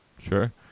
Sure